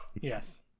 Yes